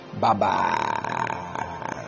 Bye-bye